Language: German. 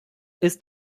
ist